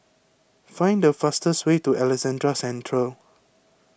find the fastest way to Alexandra Central